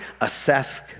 assess